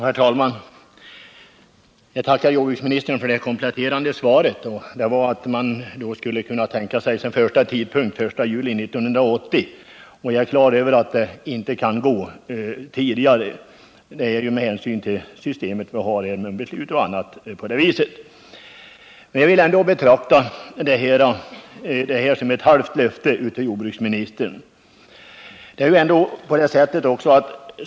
Herr talman! Jag tackar jordbruksministern för det kompletterande svaret, nämligen att man skulle kunna tänka sig den 1 juli 1980 som en första tidpunkt. Jag har klart för mig att det med det beslutssystem vi har inte kan gå tidigare. Jag vill ändå betrakta jordbruksministerns uttalande som ett halvt löfte.